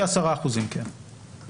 כ-10%, כן.